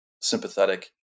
sympathetic